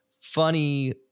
funny